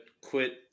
quit